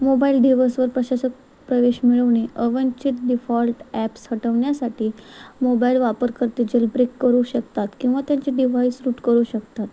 mobile दिवसवर प्रशासक प्रवेश मिळवणे अवनचे डीफॉल्ट ॲप्स हटवण्यासाठी मोबाईल वापर करते जेल ब्रिक करू शकतात किंवा त्यांची डिवाईस रूट करू शकतात